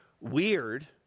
weird